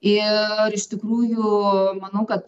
ir iš tikrųjų manau kad